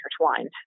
intertwined